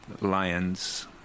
lions